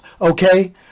okay